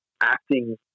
acting